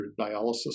dialysis